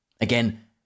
Again